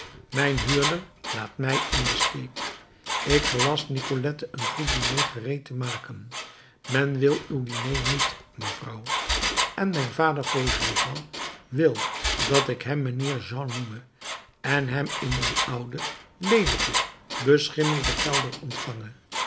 mijn huurder laat mij in den steek ik gelast nicolette een goed diner gereed te maken men wil uw diner niet mevrouw en mijn vader fauchelevent wil dat ik hem mijnheer jean noeme en hem in een ouden leelijken beschimmelden kelder ontvange